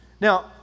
now